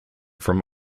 from